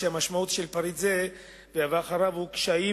המשמעות של פריט זה והבא אחריו היא קשיים